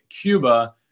Cuba